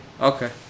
Okay